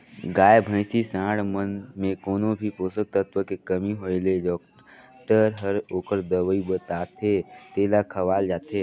गाय, भइसी, सांड मन में कोनो भी पोषक तत्व के कमी होय ले डॉक्टर हर ओखर दवई बताथे तेला खवाल जाथे